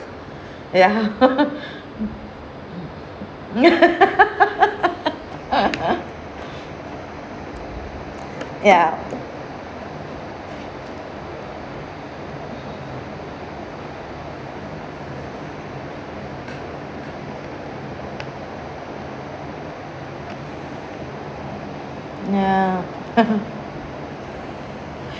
ya ya ya